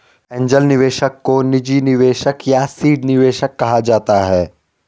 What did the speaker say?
angel निवेशक को निजी निवेशक या सीड निवेशक कहा जाता है